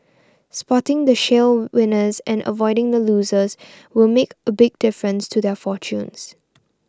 spotting the shale winners and avoiding the losers will make a big difference to their fortunes